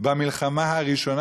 במלחמה הראשונה,